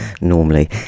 normally